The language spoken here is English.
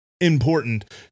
Important